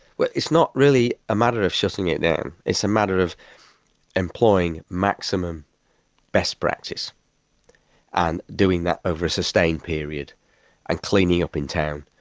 but it's not really a matter of shutting it down, it's a matter of employing maximum best practice and doing that over a sustained period and cleaning up in town,